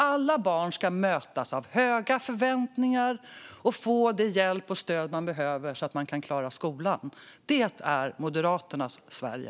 Alla barn ska mötas av höga förväntningar och få den hjälp och det stöd de behöver så att de kan klara skolan. Det är Moderaternas Sverige.